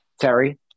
Terry